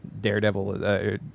Daredevil